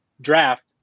draft